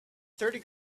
thirty